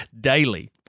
daily